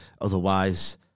otherwise